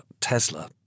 Tesla